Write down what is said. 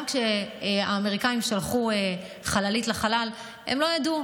גם כשהאמריקאים שלחו חללית לחלל, הם לא ידעו.